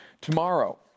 Tomorrow